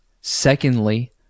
secondly